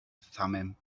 thummim